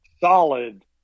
solid